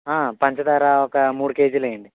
పంచదార ఒక మూడు కేజీలెయ్యండి